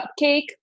cupcake